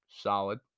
solid